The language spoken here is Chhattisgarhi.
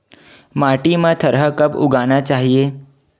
माटी मा थरहा कब उगाना चाहिए?